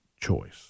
choice